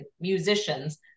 musicians